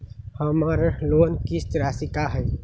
हमर लोन किस्त राशि का हई?